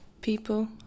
people